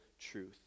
truth